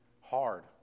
hard